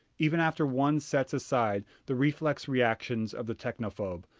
even after one sets aside the reflex reactions of the technophobe.